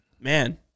man